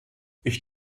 ich